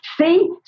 See